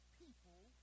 people